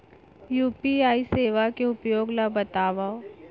UPI सेवा के उपयोग ल बतावव?